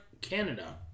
Canada